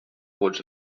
vots